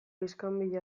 iskanbila